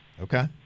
okay